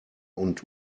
und